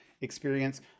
experience